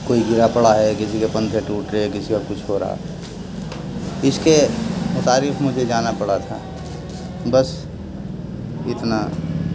کوئی گرا پڑا ہے کسی کے پنکھے ٹوٹ گئے کسی کا کچھ ہو رہا اس کے متعلق مجھے جانا پڑا تھا بس اتنا